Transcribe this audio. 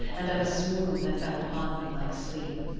and of a swoon that fell upon me like sleep.